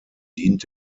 dient